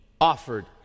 offered